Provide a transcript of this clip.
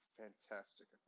fantastic